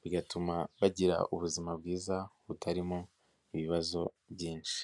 bigatuma bagira ubuzima bwiza butarimo ibibazo byinshi.